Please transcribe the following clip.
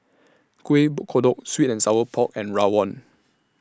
Kuih Kodok Sweet and Sour Pork and Rawon